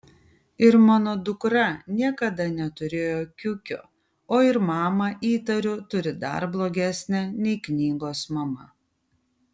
ir mano dukra niekada neturėjo kiukio o ir mamą įtariu turi dar blogesnę nei knygos mama